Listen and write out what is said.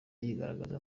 yigaragaza